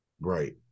Right